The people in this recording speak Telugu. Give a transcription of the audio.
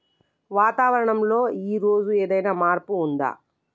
వాతావరణం లో ఈ రోజు ఏదైనా మార్పు ఉందా?